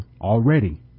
already